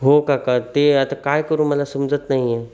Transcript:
हो काका ते आता काय करू मला समजत नाही आहे